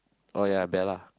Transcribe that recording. oh ya Bella